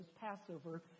Passover